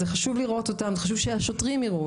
חשוב לראות אותן, חשוב שהשוטרים יראו אותן.